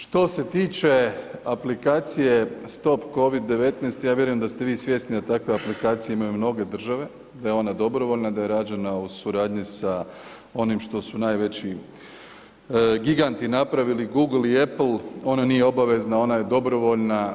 Što se tiče aplikacije „Stop Covid-19“ ja vjerujem da ste vi svjesni da takve aplikacije imaju mnoge države, da je ona dobrovoljna, da je rađena u suradnji sa onim što su najveći giganti napravili, Google i Apple, ona nije obavezna, ona je dobrovoljna.